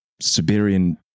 Siberian